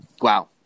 Wow